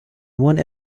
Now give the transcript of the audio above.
one